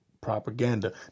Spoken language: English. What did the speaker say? propaganda